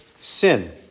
sin